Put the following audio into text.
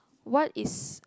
what is